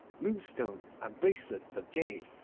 moonstones and bracelets of jade,